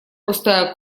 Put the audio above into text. пустая